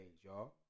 y'all